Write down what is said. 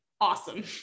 awesome